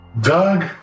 Doug